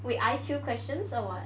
wait I_Q questions or what